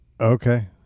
Okay